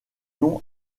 nom